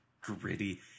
gritty